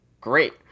Great